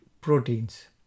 proteins